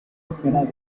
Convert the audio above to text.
esperado